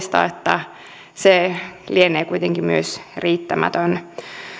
surullista että se lienee kuitenkin myös riittämätön